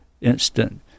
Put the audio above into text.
instant